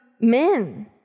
men